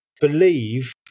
believe